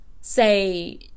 say